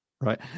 Right